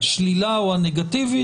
השלילה או הנגטיבית.